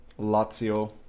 Lazio